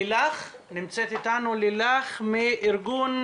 לילך מארגון